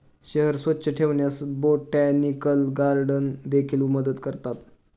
शहर स्वच्छ ठेवण्यास बोटॅनिकल गार्डन देखील मदत करतात